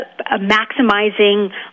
maximizing